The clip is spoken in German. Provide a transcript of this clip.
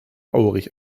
aurich